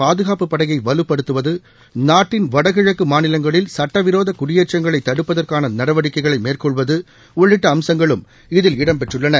பாதுகாப்புப் படையை வலுப்படுத்துவது நாட்டின் வடகிழக்கு மாநிலங்களில் சட்ட விரோத குடியேற்றங்களை தடுப்பதற்கான நடவடிக்கைகளை மேற்கொள்வது உள்ளிட்ட அம்சங்களும் இதில் இடம் பெற்றுள்ளன